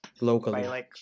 Locally